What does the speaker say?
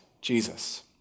Jesus